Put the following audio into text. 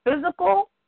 physical